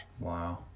Wow